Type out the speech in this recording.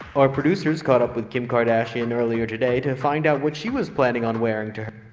our producers caught up with kim kardashian earlier today to find out what she was planning on wearing to her